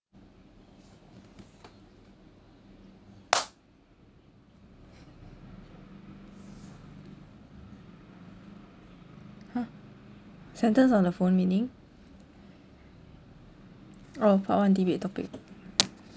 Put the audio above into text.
!huh! sentence on the phone meaning oh part one debate topic